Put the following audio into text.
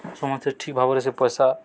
ସମସ୍ତେ ଠିକ୍ ଭାବରେ ସେ ପଇସା